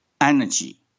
energy